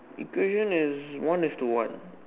equation is one is to one